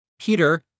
Peter